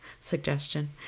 Suggestion